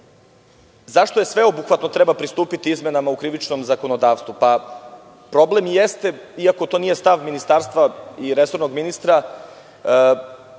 sveobuhvatno treba pristupiti izmenama u krivičnom zakonodavstvu? Problem jeste, iako to nije stav Ministarstva i resornog ministra,